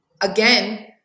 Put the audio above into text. Again